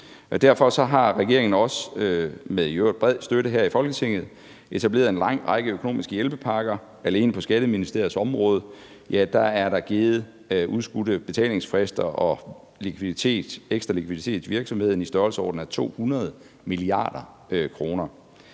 her i Folketinget, etableret en lang række økonomiske hjælpepakker. Alene på Skatteministeriets område er der givet udskudte betalingsfrister og ekstra likviditet til virksomheder i størrelsesordenen 200 mia. kr.